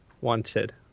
Wanted